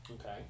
Okay